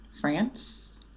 France